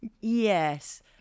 Yes